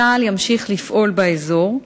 צה"ל ימשיך לפעול באזור,